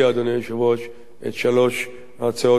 את שלוש ההצעות האלה לסדר-היום,